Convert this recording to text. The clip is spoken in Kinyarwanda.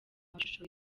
mashusho